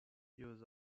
use